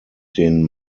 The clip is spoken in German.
den